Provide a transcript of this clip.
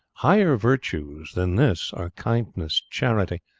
higher virtues than this are kindness, charity,